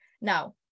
Now